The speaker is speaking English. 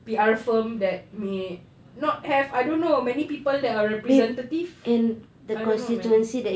P_R firm that may not have I don't know many people that are representatives I don't know man